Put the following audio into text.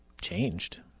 changed